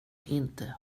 inte